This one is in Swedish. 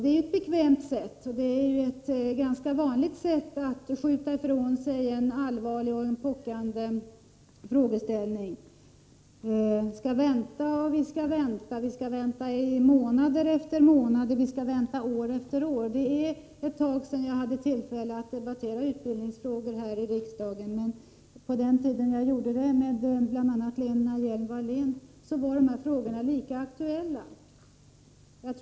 Det är ju ett bekvämt och ganska vanligt sätt att skjuta ifrån sig allvarliga och pockande frågeställningar genom att säga att vi skall vänta och vänta — vi skall vänta månad efter månad och år efter år. Det är ett tag sedan jag hade tillfälle att diskutera utbildningsfrågor här i riksdagen. Men på den tiden jag gjorde det — bl.a. med Lena Hjelm-Wallén — var de här frågorna lika aktuella som nu.